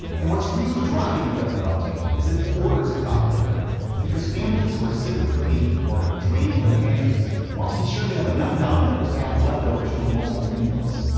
and what's really driving the revenue uptick is that the orders have gotten bigger because families who are ah sick of cooking or have dreamed their pantries want to be sure they have enough domino's to have leftovers for multiple meals